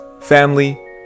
family